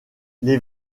les